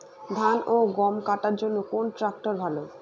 ধান ও গম কাটার জন্য কোন ট্র্যাক্টর ভালো?